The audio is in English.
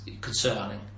concerning